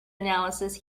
analysis